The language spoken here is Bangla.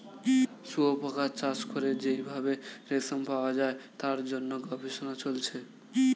শুয়োপোকা চাষ করে যেই ভাবে রেশম পাওয়া যায় তার জন্য গবেষণা চলছে